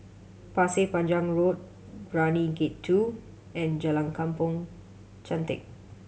Pasir Panjang Road Brani Gate Two and Jalan Kampong Chantek